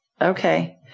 Okay